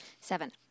Seven